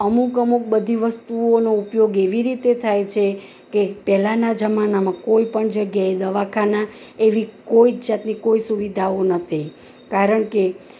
અમુક અમુક બધી વસ્તુઓનો ઉપયોગ એવી રીતે થાય છે કે પહેલાંના જમાનામાં કોઈ પણ જગ્યાએ દવાખાનાં એવી કોઈ જ જાતની કોઈ સુવિધાઓ નહોતી કારણ કે